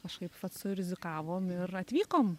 kažkaip vat surizikavom ir atvykom